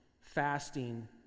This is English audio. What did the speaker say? fasting